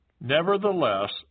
Nevertheless